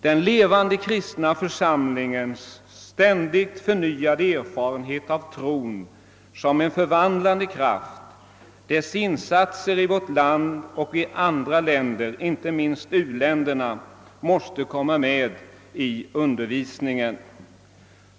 Den levande kristna församlingens ständigt förnyade erfarenhet av tron som en förvandlande kraft, dess intentioner i vårt land och i andra länder, inte minst u-länderna, måste komma med i undervisningen.